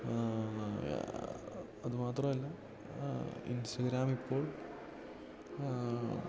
അതു മാത്രമല്ല ഇൻസ്റ്റാഗ്രാം ഇപ്പോൾ